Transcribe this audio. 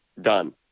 Done